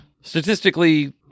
statistically